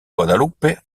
guadalupe